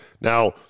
now